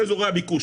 באזורי הביקוש,